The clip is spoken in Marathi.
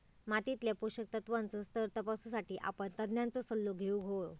मातीतल्या पोषक तत्त्वांचो स्तर तपासुसाठी आपण तज्ञांचो सल्लो घेउक हवो